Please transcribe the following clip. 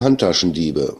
handtaschendiebe